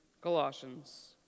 Colossians